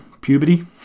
puberty